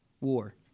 war